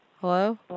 Hello